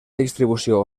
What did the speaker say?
distribució